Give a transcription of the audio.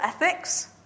ethics